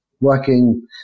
working